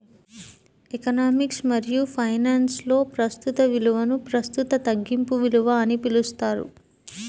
economics మరియుఫైనాన్స్లో, ప్రస్తుత విలువనుప్రస్తుత తగ్గింపు విలువ అని పిలుస్తారు